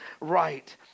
right